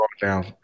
down